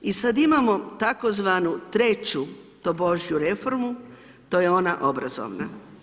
I sad imamo tzv. treću tobožju reformu, to je ona obrazovna.